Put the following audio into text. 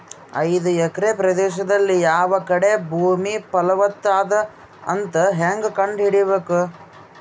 ಐದು ಎಕರೆ ಪ್ರದೇಶದಲ್ಲಿ ಯಾವ ಕಡೆ ಭೂಮಿ ಫಲವತ ಅದ ಅಂತ ಹೇಂಗ ಕಂಡ ಹಿಡಿಯಬೇಕು?